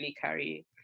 carry